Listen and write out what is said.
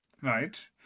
Right